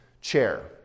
chair